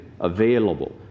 available